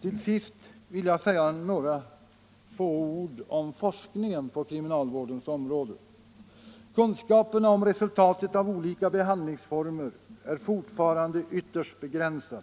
Till sist vill jag säga några ord om forskningen på kriminalvårdens område. Kunskaperna om resultatet av olika behandlingsformer är fortfarande ytterst begränsade.